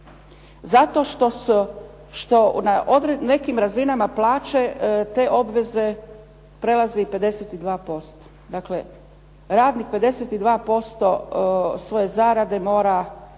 zato što na nekim razinama plaće te obveze prelazi i 52%. Dakle radnik 52% svoje zarade mora